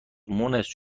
مونس